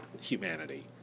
humanity